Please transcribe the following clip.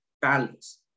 balance